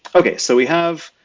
okay, so we have